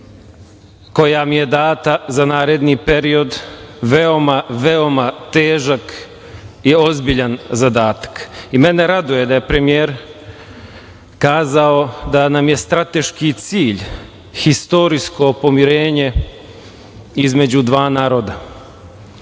koja mi je data za naredni period veoma težak i ozbiljan zadatak i mene raduje da je premijer kazao da nam je strateški cilj istorijsko pomirenje između dva naroda. Ja